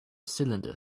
cylinder